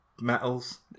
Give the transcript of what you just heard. metals